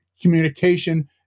communication